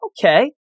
okay